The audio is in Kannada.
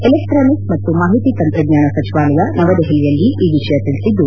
ಎಲೆಕ್ಸಾನಿಕ್ಸ್ ಮತ್ತು ಮಾಹಿತಿ ತಂತ್ರಜ್ಞಾನ ಸಚಿವಾಲಯ ನವದೆಹಲಿಯಲ್ಲಿ ಈ ವಿಷಯ ತಿಳಿಸಿದ್ದು